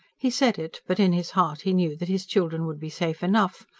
he said it, but in his heart he knew that his children would be safe enough.